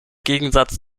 gegensatz